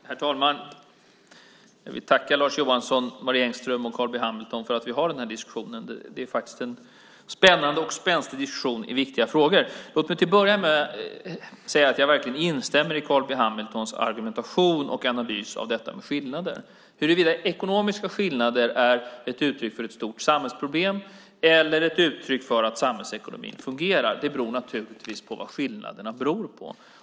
Herr talman! Jag vill tacka Lars Johansson, Marie Engström och Carl B Hamilton för att vi har den här spännande och spänstiga diskussionen i viktiga frågor. Jag instämmer i Carl B Hamiltons argumentation och analys av detta med skillnader. Huruvida ekonomiska skillnader är ett uttryck för ett stort samhällsproblem eller ett uttryck för att samhällsekonomin fungerar grundar sig naturligtvis på vad skillnaderna beror på.